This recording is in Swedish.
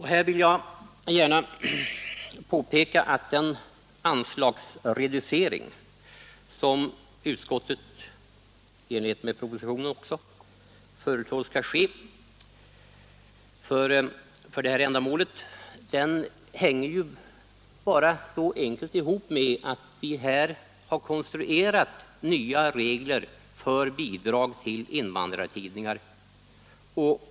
Här vill jag gärna påpeka att den anslagsreducering som utskottet liksom propositionen föreslår helt enkelt hänger ihop med att vi här har konstruerat nya regler för bidrag till invandrartidningar.